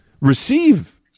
receive